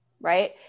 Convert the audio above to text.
right